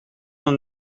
een